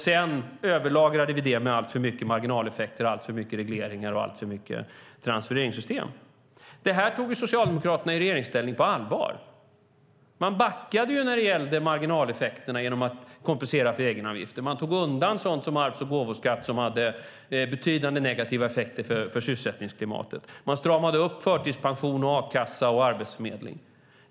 Sedan överlagrade vi det med alltför mycket marginaleffekter, regleringar och transfereringssystem. Det här tog Socialdemokraterna på allvar i regeringsställning. Man backade när det gällde marginaleffekterna genom att kompensera för egenavgifter. Man tog undan sådant som arvs och gåvoskatt som hade betydande negativa effekter för sysselsättningsklimatet. Man stramade upp förtidspension, a-kassa och arbetsförmedling.